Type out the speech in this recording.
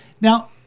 Now